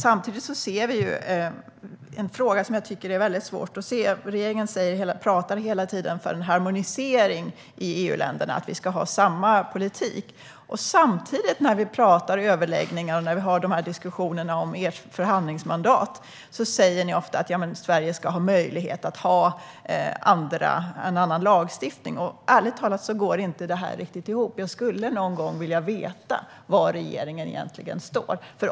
Samtidigt finns det en fråga som jag tycker är väldigt svår. Regeringen talar hela tiden för en harmonisering i EU-länderna och att vi ska ha samma politik. Samtidigt, i överläggningar och i diskussioner om ert förhandlingsmandat, säger ni ofta att Sverige ska ha möjlighet att ha en annan lagstiftning. Ärligt talat går inte det riktigt ihop. Jag skulle någon gång vilja veta var regeringen egentligen står.